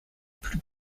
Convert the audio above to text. plus